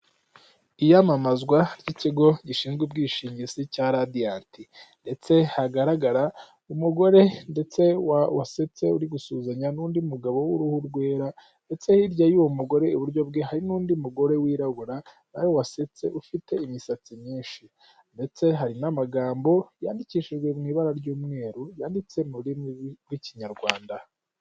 Iyamamazwa ry'ikigo gishinzwe ubwishingizi cya Radiant ndetse hagaragara umugore ndetse wasetse, uri gusuhuzanya n'undi mugabo w'uruhu rwera ndetse hirya y'uwo mugore iburyo bwe hari n'undi mugore wirabura nawe wasetse, ufite imisatsi myinshi ndetse hari n'amagambo yandikishijwe mu ibara ry'umweru yanditse mu rurimi rw'Ikinyarwanda.